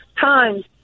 times